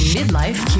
Midlife